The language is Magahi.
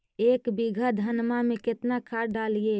एक बीघा धन्मा में केतना खाद डालिए?